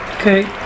Okay